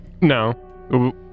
no